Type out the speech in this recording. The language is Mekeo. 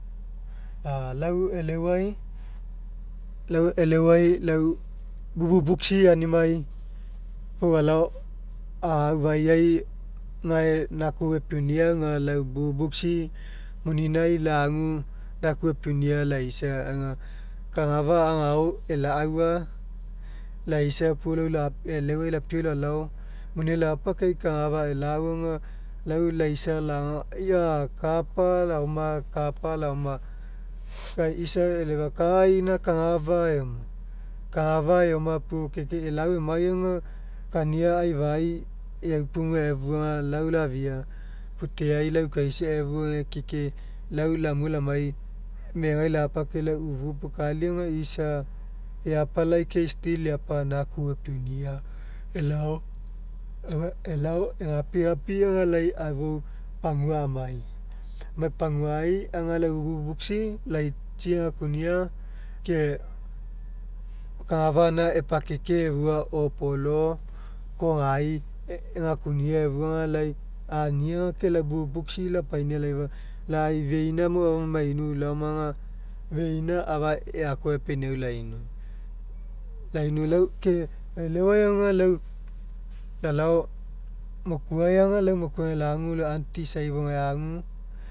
A lau e'eleuai lau e'eleuai lau pupu puksy aunimai fou alao aufaiai gae naku epiunia aga lau pupu puksy muniai lagu naku epiunia laisa aga lau kagafa agao ela'aua laisa puo lau la e'eleuai lapiau lalao muninai lapa kai kagafa ela'aua aga lau laisa lagaga aia kapa laoma kai isa eifa ka ina kagafa eoma. Kagafa eoma puo ke ke ela'aua emai aga kania aifai eaupugua efua lau lafia feai laukaisa efua ke ke lau lamue lamai megai lapa ke lau ufu pukali aga isa eapalai kai still eapa naku epiunia elao elao egapigapi aga lai fou pagua amai. Amai paguai aga lau ufu puksy laitsi egakunia ke kagafa gaina epakeke efua opolo kogai egakunia efua aga lai ania ke lai pupu puksy lapainia laifa lau feina mo afa maiu laoma aga feina afa eakoaua epeniau lainu lainu lau. Ke lau eleuai aga lau lalao mokuai aga lau mokuai gae lagu lau aunty usai fou gae agu